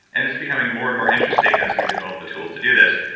and it's becoming more and more interesting as we develop the tools to do this.